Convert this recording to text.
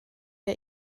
der